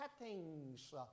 settings